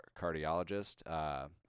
cardiologist